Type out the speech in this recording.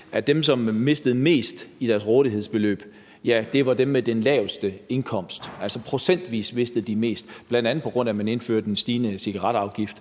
at dem, som mistede mest af deres rådighedsbeløb, var dem med de laveste indkomster. Altså, procentvis mistede de mest, bl.a. på grund af at man indførte en stigning i cigaretafgiften